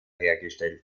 hergestellt